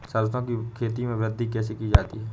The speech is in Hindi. सरसो की खेती में वृद्धि कैसे की जाती है?